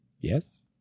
Yes